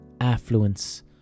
affluence